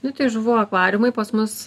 nu tai žuvų akvariumai pas mus